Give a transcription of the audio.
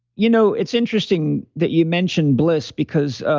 you know it's interesting that you mentioned bliss because,